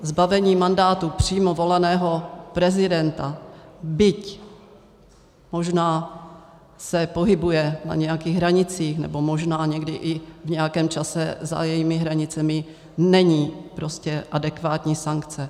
Zbavení mandátu přímo voleného prezidenta, byť se možná pohybuje na nějakých hranicích nebo možná někdy i v nějakém čase za hranicemi, není prostě adekvátní sankce.